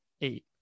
eight